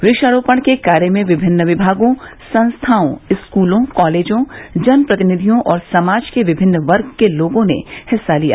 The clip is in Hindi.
वृक्षारोपण के कार्य में विभिन्न विभागों संस्थाओं स्कूलों कॉलेजों जनप्रतिनिधियों और समाज के विभिन्न वर्ग के लोगों ने हिस्सा लिया